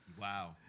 Wow